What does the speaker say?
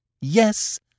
Yes